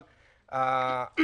חלק